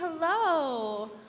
Hello